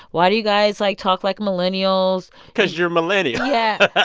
why do you guys, like, talk like millennials? because you're millennial yeah.